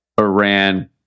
Iran